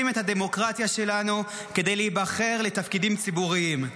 את הדמוקרטיה שלנו כדי להיבחר לתפקידים ציבוריים.